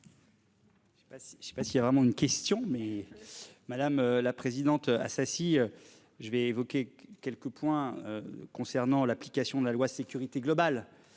Je sais pas s'il y a vraiment une question mais madame la présidente. Ah ça si je vais évoquer quelques points. Concernant l'application de la loi sécurité globale.